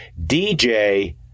DJ